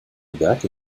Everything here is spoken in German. werke